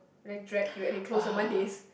when I drag you and then close on Mondays